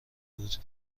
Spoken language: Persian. بود